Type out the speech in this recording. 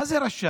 מה זה רשאי?